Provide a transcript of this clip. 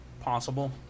possible